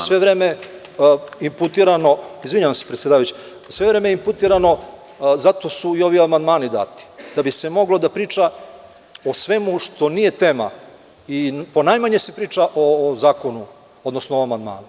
Sve vreme je inputirano, izvinjavam se predsedavajući, zato su i ovi amandmani dati da bi se moglo da priča o svemu što nije tema i ponajmanje se priča o zakonu, odnosno o amandmanu.